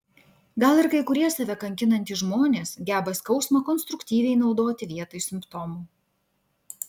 gal ir kai kurie save kankinantys žmonės geba skausmą konstruktyviai naudoti vietoj simptomų